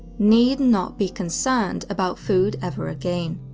need not be concerned about food ever again.